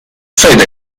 sayıda